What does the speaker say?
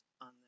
on